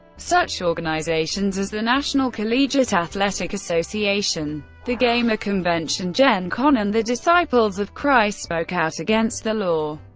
such organizations as the national collegiate athletic association, the gamer convention gen con, and the disciples of christ spoke out against the law.